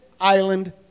island